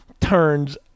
turns